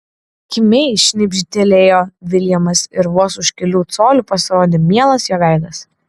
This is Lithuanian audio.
kimiai šnibžtelėjo viljamas ir vos už kelių colių pasirodė mielas jo veidas